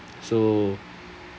so